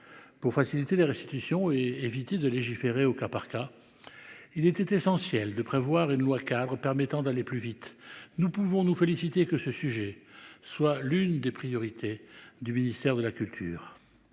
Pour faciliter la restitution et éviter de légiférer au cas par cas. Il est essentiel de prévoir une loi-cadre permettant d'aller plus vite, nous pouvons nous féliciter que ce sujet soit l'une des priorités du ministère de la culture.